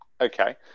Okay